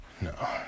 No